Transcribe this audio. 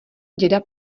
děda